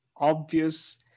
obvious